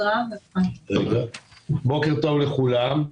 בוקר טוב לכולם,